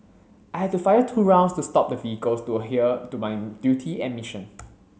I had to fire two rounds to stop the vehicles to adhere to my duty and mission